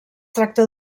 tracta